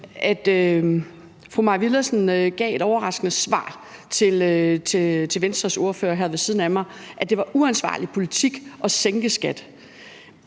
at fru Mai Villadsen gav et overraskende svar til Venstres ordfører her ved siden af mig, i forhold til at det var uansvarlig politik at sænke en skat.